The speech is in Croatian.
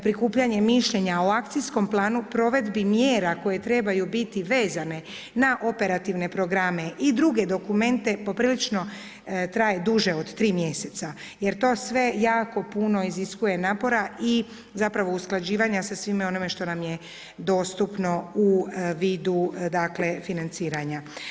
Prikupljanje mišljenja o Akcijskom planu provedbi mjera koje trebaju biti vezane na operativne programe i druge dokumente poprilično traje duže od 3 mjeseca jer to sve jako puno iziskuje napora i zapravo usklađivanja sa svime onime što nam je dostupno u vidu dakle financiranja.